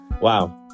Wow